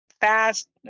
fast